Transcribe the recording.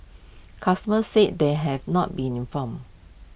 customers said they had not been informed